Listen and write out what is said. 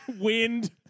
wind